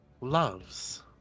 loves